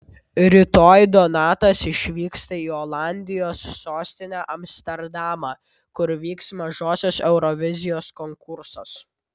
rytoj donatas išvyksta į olandijos sostinę amsterdamą kur vyks mažosios eurovizijos konkursas